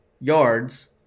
yards